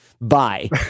Bye